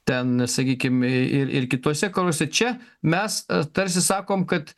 ten sakykim ir ir kituose karuose čia mes tarsi sakom kad